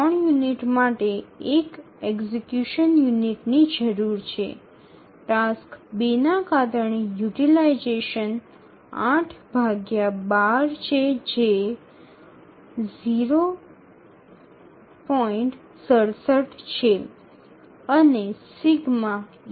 প্রতি ৩ টি ইউনিটের জন্য এটি প্রয়োগের ১ ইউনিট প্রয়োজন টাস্ক ২ এর কারণে ব্যবহারটি ৮১২ যা ০৬৭ হয়